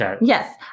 Yes